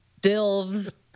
Dilves